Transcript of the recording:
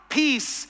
peace